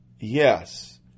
Yes